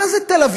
מה זה תל-אביב?